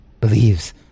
believes